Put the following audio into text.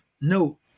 no